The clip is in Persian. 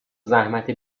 زحمت